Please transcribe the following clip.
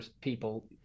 people